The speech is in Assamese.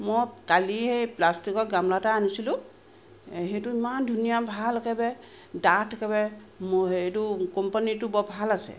মই কালি সেই প্লাষ্টিকৰ গাম্লা এটা আনিছিলো সেইটো ইমান ধুনীয়া ভাল একেবাৰে ডাঠ একেবাৰে ম সেইটো কোম্পানীটো ভাল আছে